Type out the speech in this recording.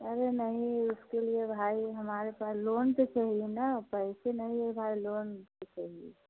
अरे नहीं उसके लिए भाई हमारे पास लोन पे चाहिए न पैसे नहीं है भाई लोन पे चाहिए